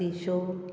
पतीशो